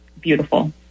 beautiful